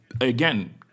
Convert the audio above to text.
again